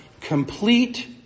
complete